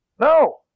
No